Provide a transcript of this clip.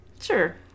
Sure